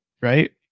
right